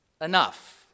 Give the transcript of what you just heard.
enough